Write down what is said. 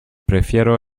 prefiero